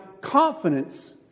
confidence